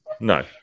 No